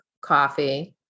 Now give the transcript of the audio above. coffee